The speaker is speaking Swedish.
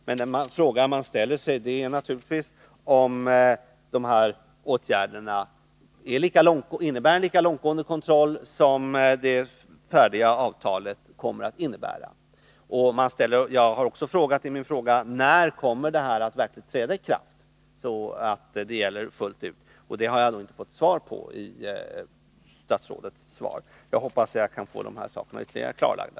Men den fråga jag ställer är om de här åtgärderna innebär en lika långtgående kontroll som det färdiga avtalet kommer att innebära. Jag har också frågat: När kommer det här att verkligen träda i kraft och gälla fullt ut? Det har jag inte fått svar på av statsrådet. Jag hoppas att jag kan få de här sakerna ytterligare klarlagda.